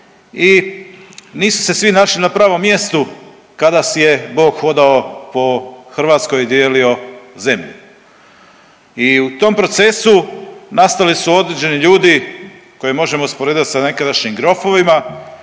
i nisu se svi našli na pravom mjestu kada je Bog hodao po Hrvatskoj i dijelio zemlju i u tom procesu nastali su određeni ljudi koje možemo usporediti sa nekadašnjim grofovima